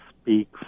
speak